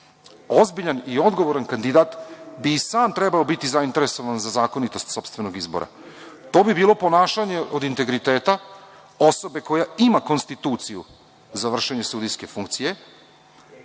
funkciju. Ozbiljan i odgovoran kandidat bi i sam trebalo biti zainteresovan za zakonitost sopstvenog izbora. To bi bilo ponašanje od integriteta osobe koja ima konstituciju za vršenje sudijske funkcije